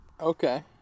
Okay